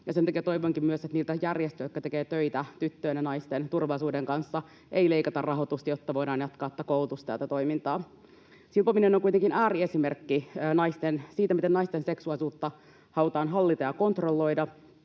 Sen takia toivonkin myös, että niiltä järjestöiltä, jotka tekevät töitä tyttöjen ja naisten turvallisuuden kanssa, ei leikata rahoitusta, jotta voidaan jatkaa tätä koulutusta ja tätä toimintaa. Silpominen on kuitenkin ääriesimerkki siitä, miten naisten seksuaalisuutta halutaan hallita ja kontrolloida.